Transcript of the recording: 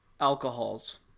alcohols